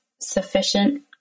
sufficient